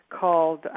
called